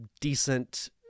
decent